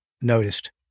noticed